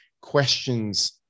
questions